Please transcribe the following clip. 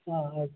ಹಾಂ ಆಯ್ತು